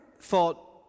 thought